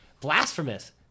blasphemous